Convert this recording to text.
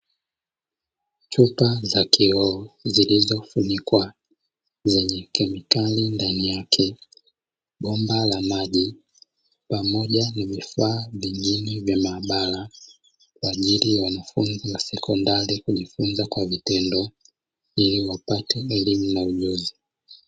Chupa za kioo zilizofunikwa lenye kemikali ndani yake, bomba la maji pamoja na vifaa vya maabara, kwa ajili ya mafunzo ya sekondari ya kujifunza kwa vitendo, ili wapate elimu na ujuzi.